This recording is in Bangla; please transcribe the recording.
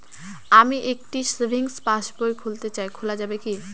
আমি একটি সেভিংস পাসবই খুলতে চাই খোলা যাবে কি?